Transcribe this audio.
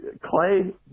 Clay